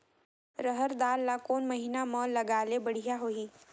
रहर दाल ला कोन महीना म लगाले बढ़िया होही?